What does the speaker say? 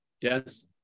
Yes